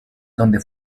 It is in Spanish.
donde